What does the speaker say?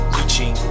reaching